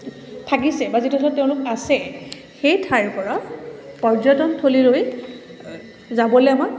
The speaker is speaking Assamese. থাকিছে বা যিধৰণে তেওঁলোক আছে সেই ঠাইৰপৰা পৰ্যটনথলীলৈ যাবলৈ আমাক